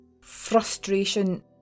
frustration